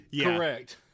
correct